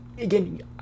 Again